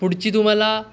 पुढची तुम्हाला